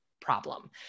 problem